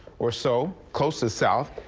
we're so close to south.